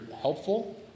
helpful